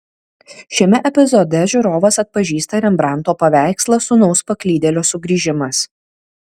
šiame epizode žiūrovas atpažįsta rembrandto paveikslą sūnaus paklydėlio sugrįžimas